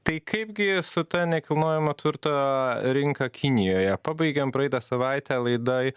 tai kaipgi su ta nekilnojamo turto rinka kinijoje pabaigėm praeitą savaitę laidoj